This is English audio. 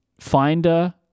Finder-